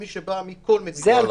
מי שבא מכל מדינה.